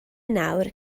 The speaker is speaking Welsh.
nawr